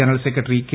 general secretary K